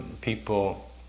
people